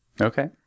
okay